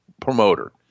promoter